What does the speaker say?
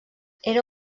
era